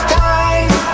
time